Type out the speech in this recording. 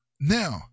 Now